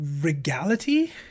regality